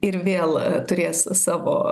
ir vėl turės savo